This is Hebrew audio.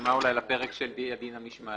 הקדמה אולי לפרק של הדין המשמעתי.